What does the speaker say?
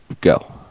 go